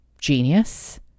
genius